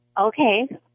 Okay